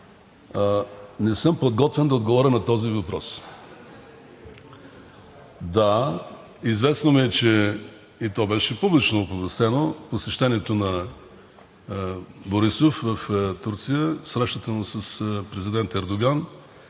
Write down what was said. не съм подготвен да отговоря на този въпрос. Да, известно ми е, и то беше публично оповестено, посещението на Борисов в Турция, срещата му с президента Ердоган.